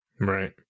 right